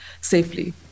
safely